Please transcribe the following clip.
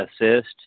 assist